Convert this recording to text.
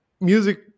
music